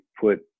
put